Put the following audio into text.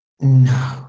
No